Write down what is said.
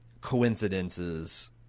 coincidences